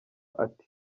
ati